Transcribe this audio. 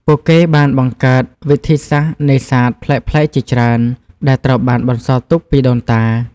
ពួកគេបានបង្កើតវិធីសាស្ត្រនេសាទប្លែកៗជាច្រើន ដែលត្រូវបានបន្សល់ទុកពីដូនតា។